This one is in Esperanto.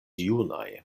junaj